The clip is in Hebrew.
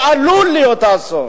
או עלול להיות אסון?